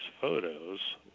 photos